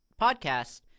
podcast